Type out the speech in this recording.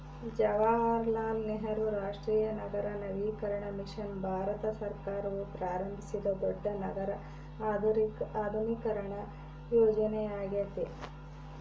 ಜವಾಹರಲಾಲ್ ನೆಹರು ರಾಷ್ಟ್ರೀಯ ನಗರ ನವೀಕರಣ ಮಿಷನ್ ಭಾರತ ಸರ್ಕಾರವು ಪ್ರಾರಂಭಿಸಿದ ದೊಡ್ಡ ನಗರ ಆಧುನೀಕರಣ ಯೋಜನೆಯ್ಯಾಗೆತೆ